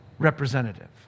representative